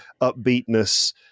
upbeatness